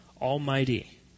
almighty